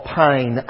pain